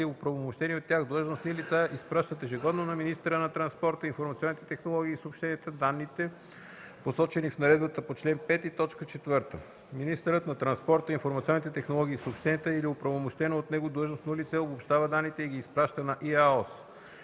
или оправомощени от тях длъжностни лица изпращат ежегодно на министъра на транспорта, информационните технологии и съобщенията данните, посочени в наредбата по чл. 5, т. 4. Министърът на транспорта, информационните технологии и съобщенията или оправомощено от него длъжностно лице обобщава данните и ги изпраща на ИАОС.